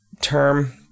term